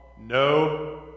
no